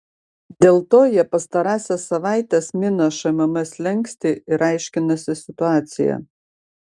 dėl to jie pastarąsias savaites mina šmm slenkstį ir aiškinasi situaciją